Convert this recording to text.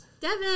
Devin